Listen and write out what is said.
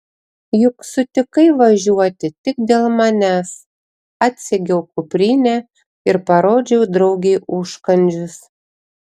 juk sutikai važiuoti tik dėl manęs atsegiau kuprinę ir parodžiau draugei užkandžius